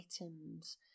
items